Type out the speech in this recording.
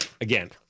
Again